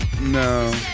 No